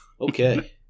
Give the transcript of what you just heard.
Okay